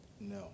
No